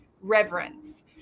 reverence